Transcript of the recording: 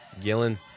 Gillen